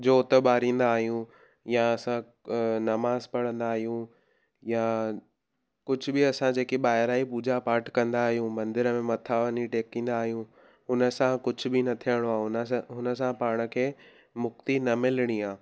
जोति ॿारींदा आहियूं या असां नमाज़ पढ़ंदा आहियूं या कुझु बि असां जेकी ॿाहिरां ई पूॼा पाठु कंदा आहियूं मंदर में मथा वञी टेकींदा आहियूं उन सां कुझु बि न थियणो उन सां हुन सां पाण खे मुक्ति न मिलिणी आहे